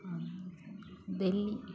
Delhi